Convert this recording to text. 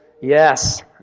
Yes